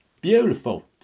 Beautiful